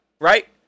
Right